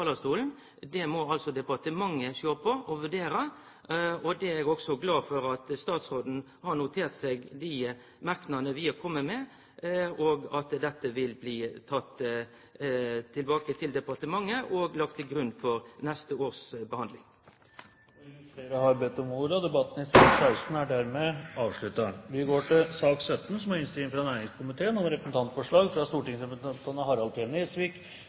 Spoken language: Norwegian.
Det må departementet sjå på og vurdere. Eg er som sagt glad for at statsråden har notert seg dei merknadene vi har kome med, og at dei vil bli tekne med tilbake til departementet og lagde til grunn for neste års behandling. Flere har ikke bedt om ordet til sak nr. 16. Etter ønske fra næringskomiteen vil presidenten foreslå at taletiden begrenses til